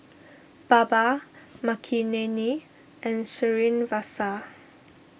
Baba Makineni and Srinivasa